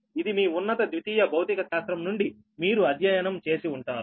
ఇది మీ ఉన్నత ద్వితీయ భౌతిక శాస్త్రం నుండి మీరు అధ్యయనం చేసి ఉంటారు